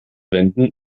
wenden